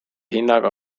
hinnaga